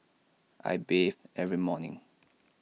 I bathe every morning